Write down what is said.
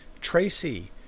Tracy